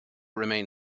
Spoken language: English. remain